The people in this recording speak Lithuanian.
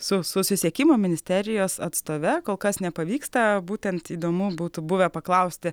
su susisiekimo ministerijos atstove kol kas nepavyksta būtent įdomu būtų buvę paklausti